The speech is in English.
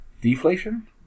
Deflation